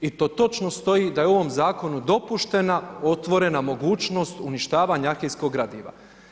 I to točno stoji da je u ovom zakonu dopuštena otvorena mogućnost uništavanja arhivskog gradiva.